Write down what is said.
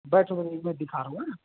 बैठो भला मैं दिखा रहा हूँ हाँ